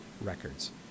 records